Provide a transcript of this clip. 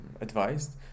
advised